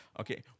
Okay